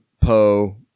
Poe